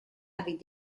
avec